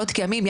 כימים,